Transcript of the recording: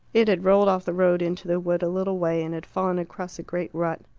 it had rolled off the road into the wood a little way, and had fallen across a great rut.